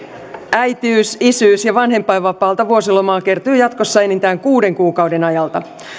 äitiys isyys ja vanhempainvapaalta vuosilomaa kertyy jatkossa enintään kuuden kuukauden ajalta